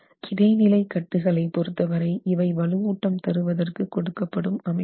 கிடைநிலை கட்டுகளை பொறுத்தவரை இவை வலுவூட்டும் தருவதற்கு கொடுக்கப்படும் அமைப்பு முறை